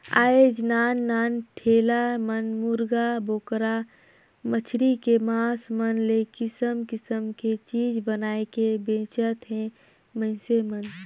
आयज नान नान ठेला मन मुरगा, बोकरा, मछरी के मास मन ले किसम किसम के चीज बनायके बेंचत हे मइनसे मन